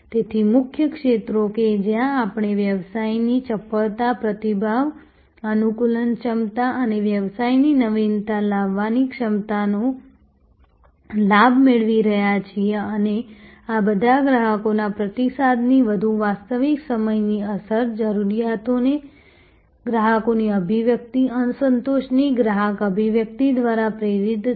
તેથી મુખ્ય ક્ષેત્રો કે જ્યાં આપણે વ્યવસાયની ચપળતા પ્રતિભાવ અનુકૂલનક્ષમતા અને વ્યવસાયની નવીનતા લાવવાની ક્ષમતાનો લાભ મેળવી રહ્યા છીએ અને આ બધા ગ્રાહકોના પ્રતિસાદની વધુ વાસ્તવિક સમયની અસર જરૂરિયાતોની ગ્રાહકની અભિવ્યક્તિ અસંતોષની ગ્રાહક અભિવ્યક્તિ દ્વારા પ્રેરિત છે